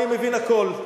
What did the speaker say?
אני מבין הכול.